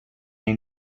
may